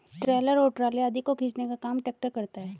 trailer और trolley आदि को खींचने का काम ट्रेक्टर करता है